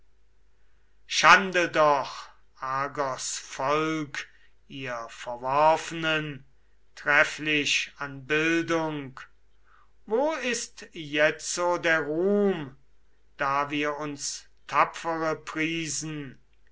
schande doch argos volk ihr verworfenen trefflich an bildung wo ist jetzo der ruhm da wir uns tapfere priesen